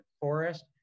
forest